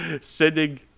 sending